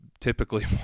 typically